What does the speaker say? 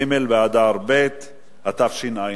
ג' באדר ב' התשע"א,